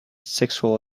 sexual